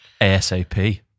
ASAP